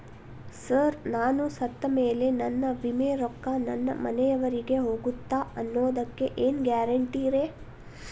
Sir ನಾನು ಸತ್ತಮೇಲೆ ನನ್ನ ವಿಮೆ ರೊಕ್ಕಾ ನನ್ನ ಮನೆಯವರಿಗಿ ಹೋಗುತ್ತಾ ಅನ್ನೊದಕ್ಕೆ ಏನ್ ಗ್ಯಾರಂಟಿ ರೇ?